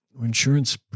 insurance